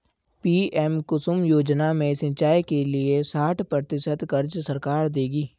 PM कुसुम योजना में सिंचाई के लिए साठ प्रतिशत क़र्ज़ सरकार देगी